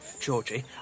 Georgie